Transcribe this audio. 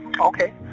Okay